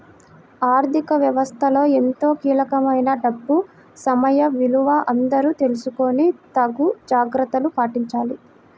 ఆర్ధిక వ్యవస్థలో ఎంతో కీలకమైన డబ్బు సమయ విలువ అందరూ తెలుసుకొని తగు జాగర్తలు పాటించాలి